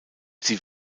sie